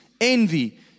envy